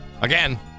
Again